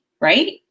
right